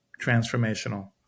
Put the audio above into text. transformational